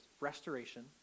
restoration